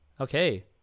Okay